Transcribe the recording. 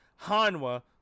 Hanwa